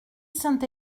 saint